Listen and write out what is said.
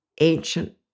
ancient